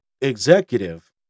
executive